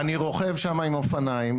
-- אני רוכב שם עם אופניים,